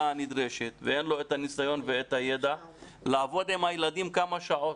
הנדרשת ואין לו את הניסיון ואת הידע לעבוד עם הילדים כמה שעות.